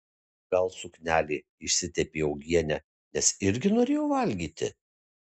gal suknelė išsitepė uogiene nes irgi norėjo valgyti